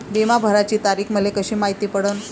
बिमा भराची तारीख मले कशी मायती पडन?